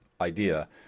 idea